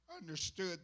understood